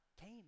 came